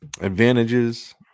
advantages